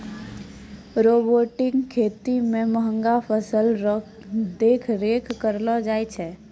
robotic खेती मे महंगा फसल रो देख रेख करलो जाय छै